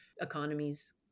economies